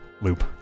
loop